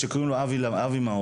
שקוראים לו אבי מעוז,